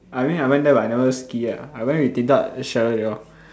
I mean I went there but I never ski ah I went with Din-Tat Sheryl they all